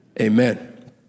amen